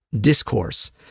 discourse